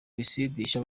bisindisha